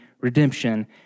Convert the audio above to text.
redemption